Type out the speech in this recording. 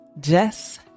jess